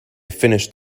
finished